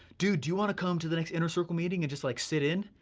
dude, do you wanna come to the next inner circle meeting and just, like, sit in?